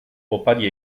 opari